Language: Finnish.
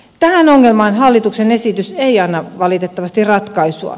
tähän ongelmaan hallituksen esitys ei anna valitettavasti ratkaisua